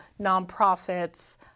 nonprofits